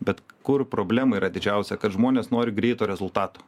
bet kur problema yra didžiausia kad žmonės nori greito rezultato